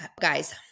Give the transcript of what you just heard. Guys